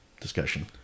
discussion